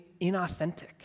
inauthentic